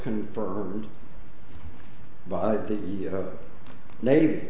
confirmed by the navy